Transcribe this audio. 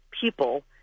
people